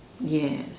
yes